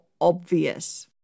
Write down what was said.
obvious